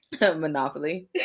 Monopoly